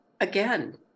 again